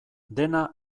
dena